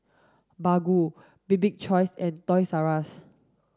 Baggu Bibik's choice and Toys R Us